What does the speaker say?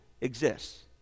exists